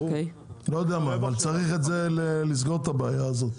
לא יודע מה, אבל צריך לסגור את הבעיה הזו.